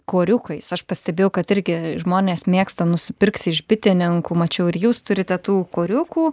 koriukais aš pastebėjau kad irgi žmonės mėgsta nusipirkti iš bitininkų mačiau ir jūs turite tų koriukų